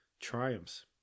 triumphs